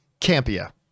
campia